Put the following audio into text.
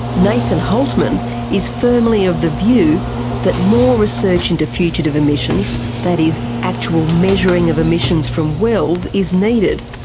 nathan hultman is firmly of the view that more research into fugitive emissions that is, actual measuring of emissions from wells is needed.